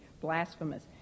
blasphemous